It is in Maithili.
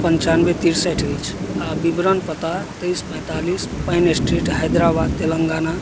पञ्चानबे तिरसठि अछि आओर विवरण पता तेइस पैतालिस पाइन स्ट्रीट हैदराबाद तेलंगाना